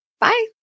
Bye